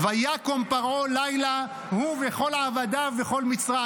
"ויקם פרעה לילה הוא וכל עבדיו וכל מצרים".